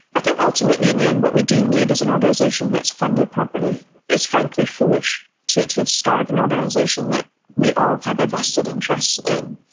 i think ultimately in the end what we do need is an organisation that is funded properly. it is frankly foolish to to have starved an organisation that we all have a vested interest in.